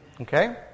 Okay